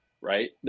right